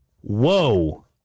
Whoa